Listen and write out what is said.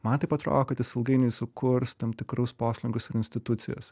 man taip atrodo kad jis ilgainiui sukurs tam tikrus poslinkius institucijose